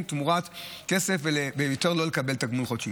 תמורת כסף ויותר לא לקבל תגמול חודשי.